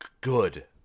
good